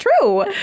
true